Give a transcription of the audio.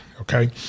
okay